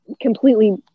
completely